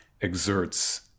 exerts